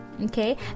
Okay